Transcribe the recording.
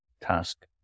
task